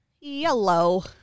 Yellow